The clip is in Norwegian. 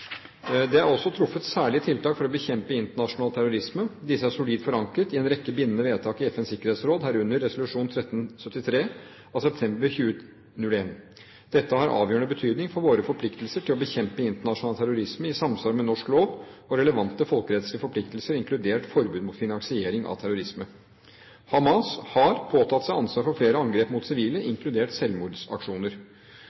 Det er også truffet særlige tiltak for å bekjempe internasjonal terrorisme. Disse er solid forankret i en rekke bindende vedtak i FNs sikkerhetsråd, herunder resolusjon 1373 av september 2001. Dette har avgjørende betydning for våre forpliktelser til å bekjempe internasjonal terrorisme i samsvar med norsk lov og relevante folkerettslige forpliktelser, inkludert forbudet mot finansiering av terrorisme. Hamas har påtatt seg ansvaret for flere angrep mot sivile,